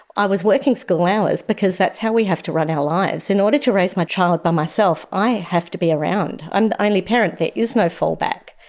i was working school hours because that's how we have to run our lives. in order to raise my child by myself, i have to be around. i'm the only parent, there is no fallback.